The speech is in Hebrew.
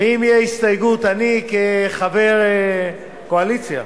ואם תהיה הסתייגות, אני כחבר קואליציה,